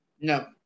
No